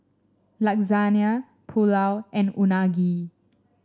Lasagne Pulao and Unagi